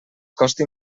costi